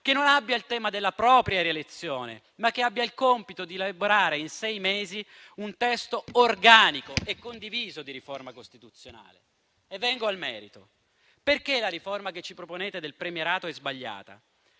che non abbia il tema della propria rielezione, ma che abbia il compito di elaborare in sei mesi un testo organico e condiviso di riforma costituzionale. Vengo al merito: la riforma del premierato che ci proponete è sbagliata